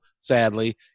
sadly